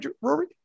Rory